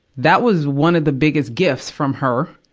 that was one of the biggest gifts from her,